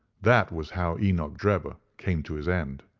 that was how enoch drebber came to his end.